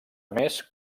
més